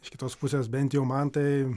iš kitos pusės bent jau man tai